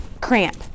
cramp